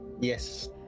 yes